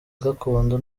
gakondo